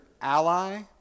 ally